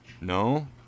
No